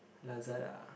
Lazada